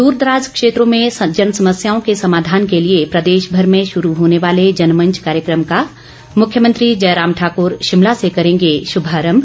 द्रदराज क्षेत्रों में जनसमस्याओं के समाधान के लिए प्रदेशभर में शुरू होने वाले जनमंच कार्यक्रम का मुख्यमंत्री जयराम ठाक्र शिमला से करेंगे शुभारंभ